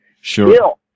Sure